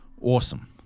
awesome